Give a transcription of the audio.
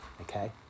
Okay